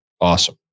awesome